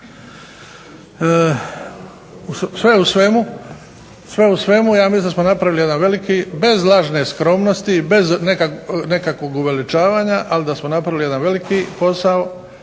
Sve u svemu, ja mislim da smo napravili jedan veliki, bez lažne skromnosti, bez nekakvog uveličavanja, ali da smo napravili jedan veliki posao